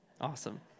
Awesome